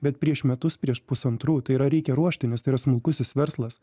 bet prieš metus prieš pusantrų tai yra reikia ruošti nes tai yra smulkusis verslas